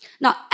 Now